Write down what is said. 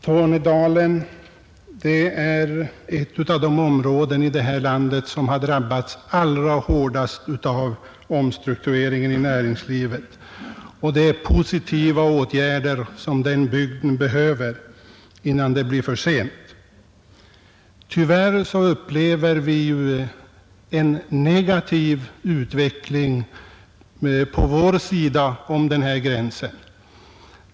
Tornedalen är ett av de områden i landet som har drabbats allra hårdast av omstruktureringen i näringslivet, och det är positiva åtgärder den bygden behöver innan det blir för sent. Tyvärr upplever vi en negativ utveckling på vår sida om gränsen.